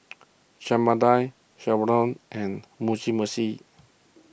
Chana Dal and Meshi